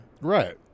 Right